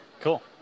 cool